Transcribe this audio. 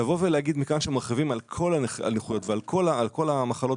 לבוא ולהגיד מכאן שמרחיבים על כל הנכויות ועל כל המחלות